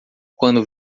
quando